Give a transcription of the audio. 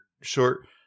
short